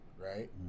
right